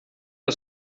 der